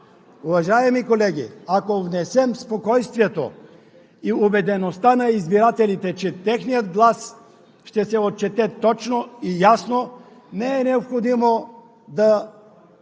Уважаеми колеги, ако внесем спокойствието и убедеността на избирателите, че техният глас ще се отчете точно и ясно, не е необходимо да